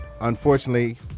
unfortunately